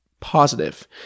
positive